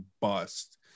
bust